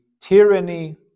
tyranny